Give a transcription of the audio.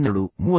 30 3